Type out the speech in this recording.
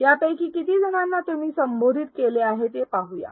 यापैकी किती जणांना तुम्ही संबोधित केले आहे ते पाहूया